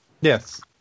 Yes